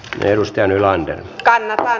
reilusti nylander kannattaa